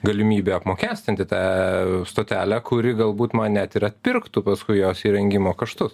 galimybė apmokestinti tą stotelę kuri galbūt man net ir atpirktų paskui jos įrengimo kaštus